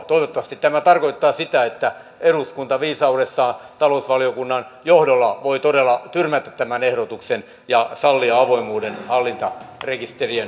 toivottavasti tämä tarkoittaa sitä että eduskunta viisaudessaan talousvaliokunnan johdolla voi todella tyrmätä tämän ehdotuksen ja sallia avoimuuden hallintarekisterien osalta